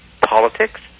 politics